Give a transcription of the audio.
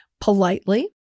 politely